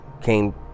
came